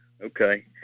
Okay